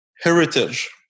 heritage